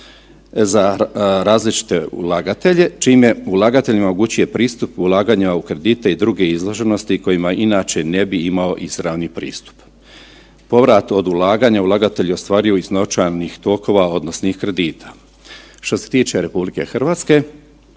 za različite ulagatelje, čime ulagateljima omogućuje pristup ulaganja u kredite i druge izloženosti u kojima inače ne bi imao izravni pristup. Povrat od ulaganja ulagatelj ostvaruje iz novčanih tokova .../Govornik se ne razumije./...